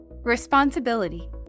Responsibility